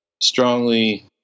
strongly